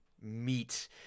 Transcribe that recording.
meat